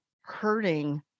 hurting